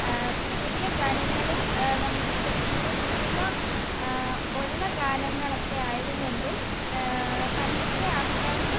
പുതിയ ഗാനങ്ങളിൽ നമുക്ക് കുറച്ചും കൂടെ പുതുമ ഉള്ള ഗാനങ്ങളൊക്കെ ആയതുകൊണ്ടും പണ്ടത്തെ ആൾക്കാർക്ക്